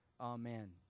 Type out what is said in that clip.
Amen